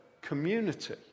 community